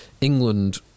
England